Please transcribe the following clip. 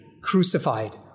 crucified